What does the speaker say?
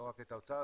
לא רק את האוצר,